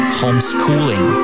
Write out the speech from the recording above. homeschooling